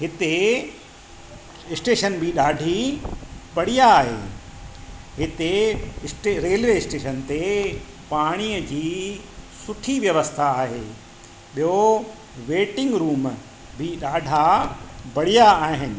हिते स्टेशन बि ॾाढी बढ़िया आहे हिते रेलवे स्टेशन ते पाणीअ जी सुठी व्यवस्था आहे ॿियो वेटिंग रूम बि ॾाढा बढ़िया आहिनि